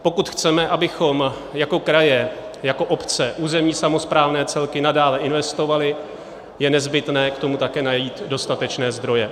Pokud chceme, abychom jako kraje, jako obce, územní samosprávné celky nadále investovali, je nezbytné k tomu také najít dostatečné zdroje.